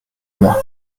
moi